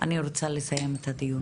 אני רוצה לסיים את הדיון.